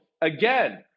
again